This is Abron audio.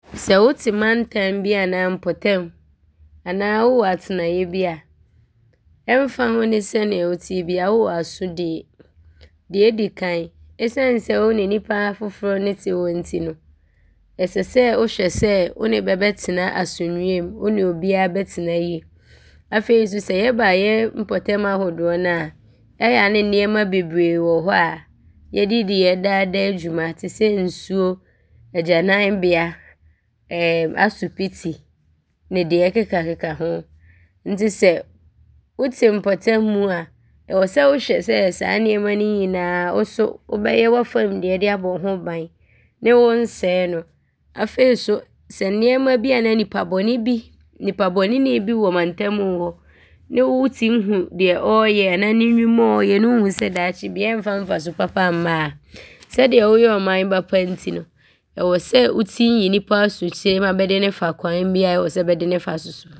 Sɛ wote mantam bi anaa mpɔtam bi anaa wowɔ atenaeɛ bi a, ɔmfa ho ne sɛdeɛ woteɛ biaa wowɔ asodie. Deɛ ɔdi kan, esiane sɛ wo ne nnipa afoforɔ ne te hɔ nti no, ɛsɛ sɛ wohwɛ sɛ wo ne bɛ bɛtena asomdwie mu. Wo ne biaa bɛtena yie. Afei so sɛ yɛba yɛ mpɔtam ahodoɔ no a, ɔyɛ a ne nnoɔma bebree wɔ hɔ a yɛde di yɛ daadaa dwuma te sɛ nsuo, agyananbea, asopiti deɛ ɔkeka ho nti sɛ wote mpɔtam a, ɔwɔ sɛ wohwɛ sɛ saa nnoɔma no nyinaa wo so wobɛyɛ w’afam deɛ de abɔ hoo ban ne wɔnsɛe no. Afei so, sɛ nnoɔma bi anaa nnipa bɔne bi wɔ mpɔtam hɔ ne wotim hu deɛ ɔɔyɛ a anaa ne nnwuma a ɔɔyɛ ne wohu sɛ daakye biaa ɔmfa mfaso papa mma a, sɛdeɛ woyɛ ɔman ba papa nti no ɔwɔ sɛ wotim yi nnipa asotire ma bɛde ne fa kwan biaa a ɔwɔ sɛ bɛde ne fa so so.